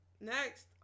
Next